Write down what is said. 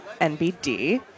NBD